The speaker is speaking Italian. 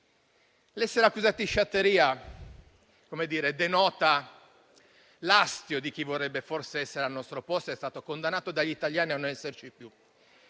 Essere accusati di sciatteria denota l'astio di chi forse vorrebbe essere al nostro posto ed è stato condannato dagli italiani a non esserci più.